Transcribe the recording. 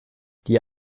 die